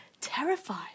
terrified